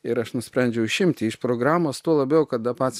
ir aš nusprendžiau išimti iš programos tuo labiau kada pats